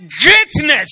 greatness